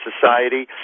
society